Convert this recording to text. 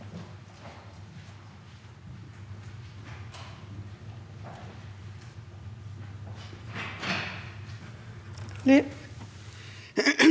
sitt.